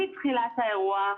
מתחיל האירוע,